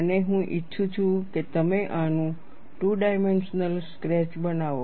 અને હું ઈચ્છું છું કે તમે આનું ટૂ ડાયમેન્શનલ સ્કેચ બનાવો